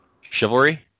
chivalry